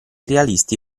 realisti